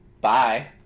Bye